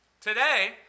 Today